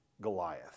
Goliath